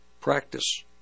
practice